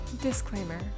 disclaimer